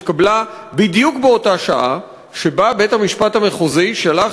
התקבלה בדיוק בשעה שבה בית-המשפט המחוזי שלח